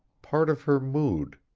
part of her mood.